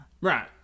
right